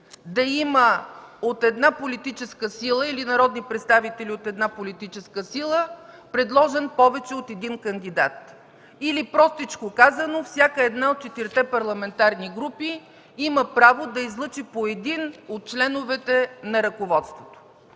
да има от една политическа сила или народни представители от една политическа сила, предложен повече от един кандидат. Или простичко казано, всяка една от четирите парламентарни групи има право да излъчи по един от членовете на ръководството.